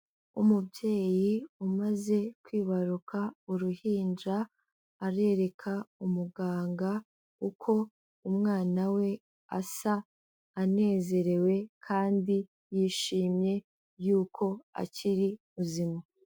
Umubyeyi umaze kwibaruka uruhinja, arereka umuganga uko umwana we asa, anezerewe kandi yishimye yuko akiri muzima.